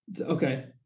Okay